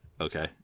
Okay